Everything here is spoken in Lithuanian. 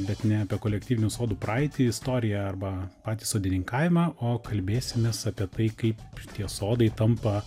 bet ne apie kolektyvinių sodų praeitį istoriją arba patį sodininkavimą o kalbėsimės apie tai kaip tie sodai tampa